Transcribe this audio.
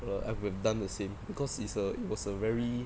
err I would have done the same because it's a it was a very